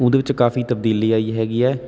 ਉਹਦੇ ਵਿੱਚ ਕਾਫੀ ਤਬਦੀਲੀ ਆਈ ਹੈਗੀ ਹੈ